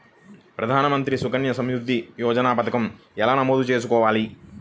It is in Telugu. ప్రధాన మంత్రి సుకన్య సంవృద్ధి యోజన పథకం ఎలా నమోదు చేసుకోవాలీ?